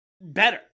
better